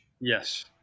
Yes